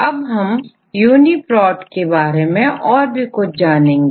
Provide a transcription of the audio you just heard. अब हमUniPROT के बारे में और भी कुछ जानेंगे